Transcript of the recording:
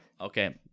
okay